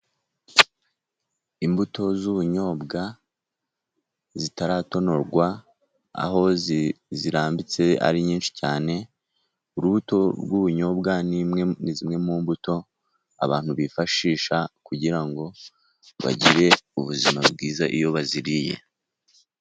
Imbuto z'ubunyobwa zitaratonorwa aho zirambitse ari nyinshi cyane. Imbuto z'ubunyobwa ni zimwe mbuto abantu bifashisha, kugira ngo bagire ubuzima bwiza iyo baziriye.